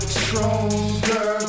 stronger